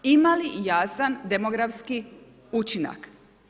Ima li jasan demografski učinak?